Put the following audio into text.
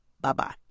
Bye-bye